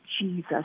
Jesus